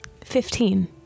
fifteen